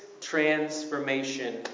transformation